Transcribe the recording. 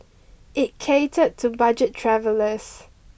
it catered to budget travellers